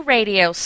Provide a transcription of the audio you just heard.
Radio